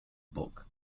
book